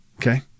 Okay